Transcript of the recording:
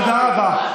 תודה רבה.